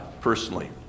personally